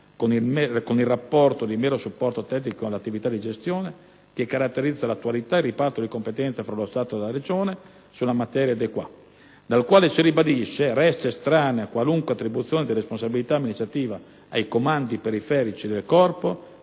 con il rapporto di mero supporto tecnico alle attività di gestione che caratterizza, all'attualità, il riparto di competenze fra Stato e Regione sulla materia *de qua*, dal quale - si ribadisce - resta estranea qualunque attribuzione di responsabilità amministrativa ai comandi periferici del Corpo,